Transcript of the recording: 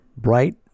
bright